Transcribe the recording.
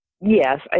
Yes